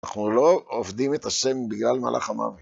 אנחנו לא עובדים את השם בגלל מלאך המוות.